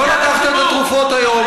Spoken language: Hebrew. לא לקחת את התרופות היום.